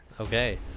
Okay